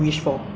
mmhmm